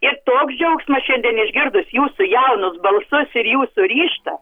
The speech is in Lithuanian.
ir toks džiaugsmas šiandien išgirdus jūsų jaunus balsus ir jūsų ryžtą